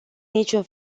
niciun